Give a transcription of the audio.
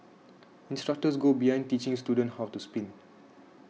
instructors go beyond teaching students how to spin